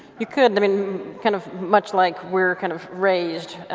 you could i mean kind of much like we're kind of raised,